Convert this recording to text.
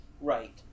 Right